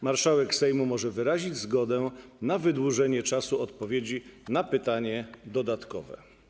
Marszałek Sejmu może wyrazić zgodę na wydłużenie czasu odpowiedzi na pytanie dodatkowe.